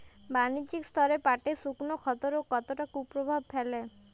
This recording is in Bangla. বাণিজ্যিক স্তরে পাটের শুকনো ক্ষতরোগ কতটা কুপ্রভাব ফেলে?